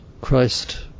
Christ